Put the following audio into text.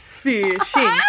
Fishing